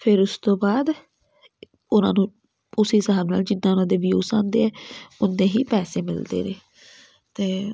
ਫਿਰ ਉਸ ਤੋਂ ਬਾਅਦ ਉਹਨਾਂ ਨੂੰ ਉਸ ਹਿਸਾਬ ਨਾਲ ਜਿੱਦਾਂ ਉਹਨਾਂ ਦੇ ਵਿਊਸ ਆਉਂਦੇ ਆ ਉੱਨੇ ਹੀ ਪੈਸੇ ਮਿਲਦੇ ਨੇ ਅਤੇ